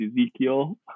Ezekiel